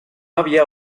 había